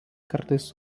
kartais